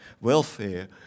welfare